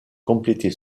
compléter